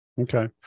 Okay